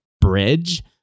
bridge